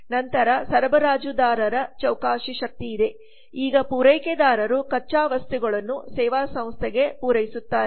ನಂತರ ಸರಬರಾಜುದಾರರ ಚೌಕಾಶಿ ಶಕ್ತಿ ಇದೆ ಈಗ ಪೂರೈಕೆದಾರರು ಕಚ್ಚಾ ವಸ್ತುಗಳನ್ನು ಸೇವಾ ಸಂಸ್ಥೆಗೆ ಪೂರೈಸುತ್ತಾರೆ